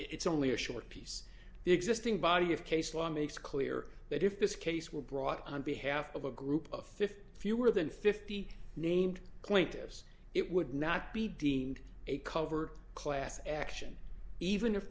it's only a short piece the existing body of case law makes clear that if this case were brought on behalf of a group of fifty fewer than fifty named plaintiffs it would not be deemed a cover class action even if